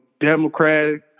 democratic